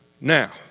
Now